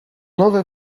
nowe